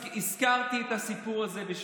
הזכרתי את הסיפור הזה, לא מתאים.